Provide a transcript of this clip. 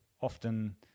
often